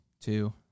Two